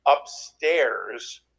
upstairs